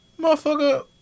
Motherfucker